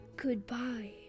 goodbye